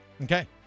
Okay